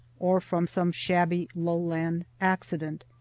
or from some shabby lowland accident.